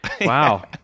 Wow